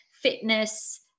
fitness